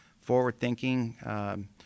forward-thinking